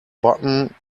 button